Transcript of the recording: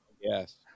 Yes